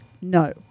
No